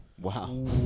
Wow